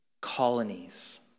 colonies